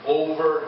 over